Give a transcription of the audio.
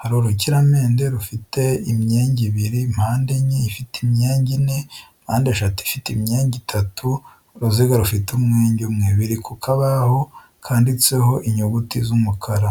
hari urukiramende rufite imyenge ibiri, mpandenye ifite imyenge ine, mpandeshatu ifite imyenge itatu, uruziga rufite umwenge umwe, biri ku kabaho kanditseho inyuguti z'umukara.